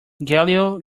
galileo